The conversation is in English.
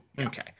Okay